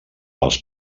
als